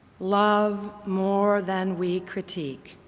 love more than we critique.